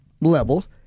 levels